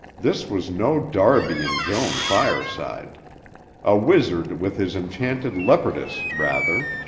this was no darby and joan fireside a wizard with his enchanted leopardess, rather.